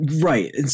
Right